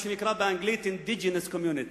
מה שנקרא באנגלית Indigenous Community.